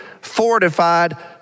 fortified